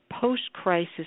post-crisis